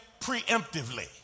preemptively